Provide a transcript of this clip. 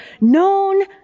known